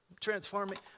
transforming